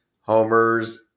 homers